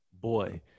Boy